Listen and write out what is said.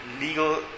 Legal